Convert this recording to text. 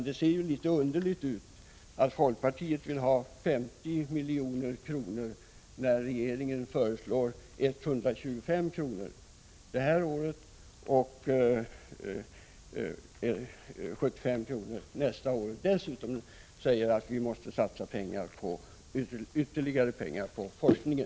Det verkar dock litet underligt att folkpartiet vill satsa 50 milj.kr. samtidigt som regeringen föreslår att 125 milj.kr. avsätts för detta ändamål det här året och 125 milj.kr. nästa år. Dessutom säger regeringen att ytterligare pengar måste satsas på forskning.